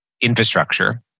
infrastructure